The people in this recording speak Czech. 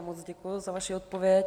Moc děkuji za vaši odpověď.